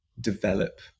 develop